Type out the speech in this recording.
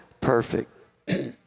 perfect